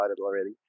already